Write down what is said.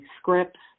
scripts